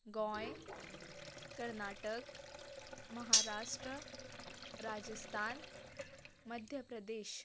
Goa Karnataka Maharashtra Rajasthan Madhya Pradesh